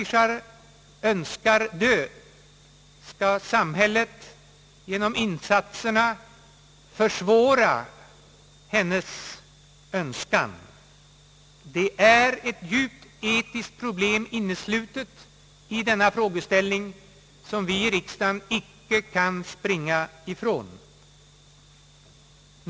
Skall då samhället genom sina insatser försvåra uppfyllandet av hennes önskan? Det är ett djupt etiskt problem inneslutet i denna frågeställning som vi i riksdagen icke kan springa ifrån.